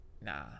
Nah